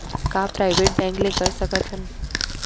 का private bank ले कर सकत हन?